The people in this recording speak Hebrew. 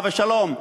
עליו השלום,